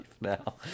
now